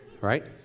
right